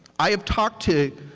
i have talked to,